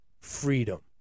freedom